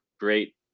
Great